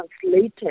translated